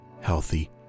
healthy